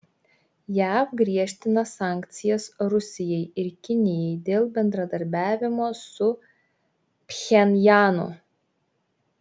jav griežtina sankcijas rusijai ir kinijai dėl bendradarbiavimo su pchenjanu